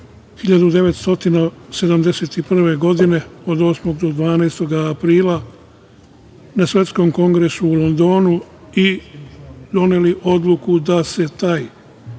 1971. godine od 8. do 12. aprila na Svetskom kongresu u Londonu, i doneli odluku da se taj